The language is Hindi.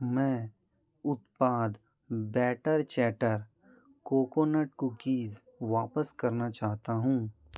मैं उत्पाद बैटर चैटर कोकोनट कुकीज़ वापस करना चाहता हूँ